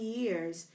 years